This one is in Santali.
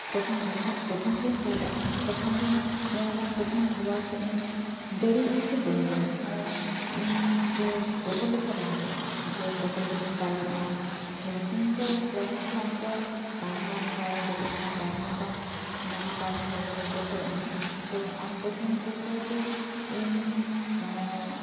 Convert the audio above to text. ᱡᱚᱠᱷᱚᱱ ᱯᱨᱚᱛᱷᱚᱢ ᱜᱮᱢ ᱯᱟᱭᱨᱟᱜ ᱠᱟᱱᱟ ᱛᱚᱠᱷᱚᱱ ᱫᱚ ᱵᱷᱟᱣᱟ ᱡᱮ ᱤᱧ ᱫᱟᱲᱮᱭᱟᱜ ᱟᱹᱧ ᱥᱮ ᱵᱟᱹᱧ ᱫᱟᱲᱮᱭᱟᱜᱼᱟ ᱢᱟᱱᱮ ᱤᱧ ᱡᱮ ᱵᱚᱛᱚᱨ ᱞᱮᱠᱷᱟᱱ ᱵᱟᱝ ᱦᱩᱭᱩᱜᱼᱟ ᱵᱚᱛᱚᱨ ᱠᱟᱛᱮᱢ ᱛᱟᱭᱚᱢᱚᱜᱼᱟ ᱥᱮᱨᱚᱠᱚᱢ ᱫᱚ ᱠᱳᱱᱳ ᱫᱤᱱᱦᱚᱸ ᱯᱟᱭᱨᱟᱜ ᱫᱚᱵᱟᱢ ᱫᱟᱲᱮᱭᱟᱜᱼᱟ ᱯᱟᱭᱨᱟ ᱦᱚᱸ ᱵᱟᱝ ᱫᱟᱜ ᱨᱮᱦᱚᱸ ᱵᱟᱢ ᱯᱷᱮᱰ ᱫᱟᱲᱮᱭᱟᱜᱼᱟ ᱵᱚᱛᱚᱨᱚᱜ ᱟᱢ ᱛᱚ ᱟᱢ ᱯᱨᱚᱛᱷᱚᱢ ᱪᱮᱥᱴᱟᱭᱟᱢ ᱡᱮ ᱤᱧ